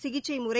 சிகிச்சைமுறை